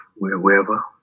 wherever